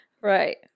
Right